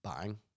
bang